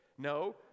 No